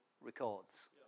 records